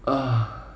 ugh